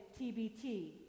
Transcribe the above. TBT